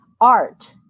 art